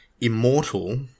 immortal